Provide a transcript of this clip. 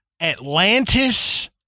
Atlantis